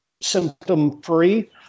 symptom-free